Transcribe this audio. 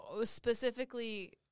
specifically